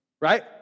right